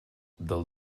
del